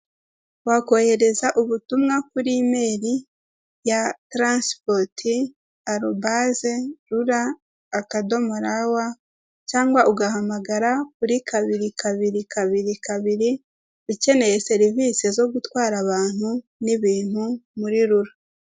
Abantu bari mu ihema bicaye bari mu nama, na none hari abandi bahagaze iruhande rw'ihema bari kumwe n'abashinzwe umutekano mo hagati hari umugabo uri kuvuga ijambo ufite mikoro mu ntoki.